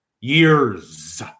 years